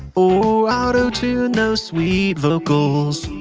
or autotune those sweet vocals